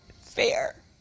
fair